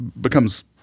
becomes